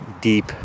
deep